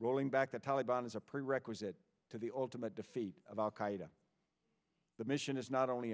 rolling back the taliban as a prerequisite to the ultimate defeat of al qaeda the mission is not only